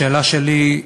השאלה שלי: